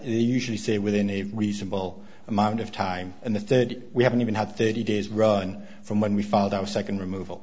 usually say within a reasonable amount of time and the third we haven't even had thirty days run from when we filed our second removal